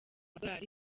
amadorali